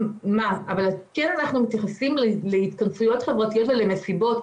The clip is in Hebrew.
אבל כן אנחנו מתייחסים להתכנסויות חברתיות ולמסיבות.